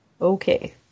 Okay